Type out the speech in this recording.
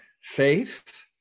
faith